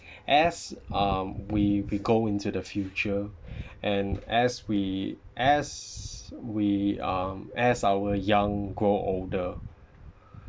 as um we we go into the future and as we as we um as our young grow older